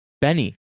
benny